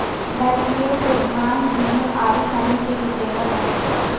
धरतीये से धान, गेहूं आरु सनी चीज उपजैलो जाय छै